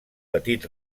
petit